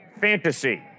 fantasy